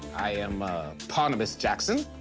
i am barnabus jackson,